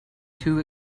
too